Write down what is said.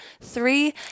three